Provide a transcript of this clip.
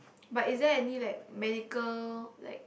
but is there any like medical like